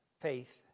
faith